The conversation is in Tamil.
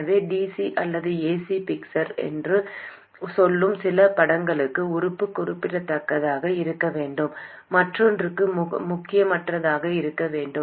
எனவே dc அல்லது ac பிக்சர் என்று சொல்லும் சில படங்களுக்கு உறுப்பு குறிப்பிடத்தக்கதாக இருக்க வேண்டும் மற்றொன்றுக்கு முக்கியமற்றதாக இருக்க வேண்டும்